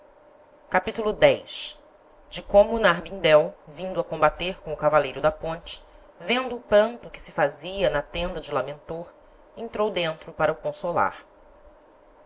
capitulo x de como narbindel vindo combater com o cavaleiro da ponte vendo o pranto que se fazia na tenda de lamentor entrou dentro para o consolar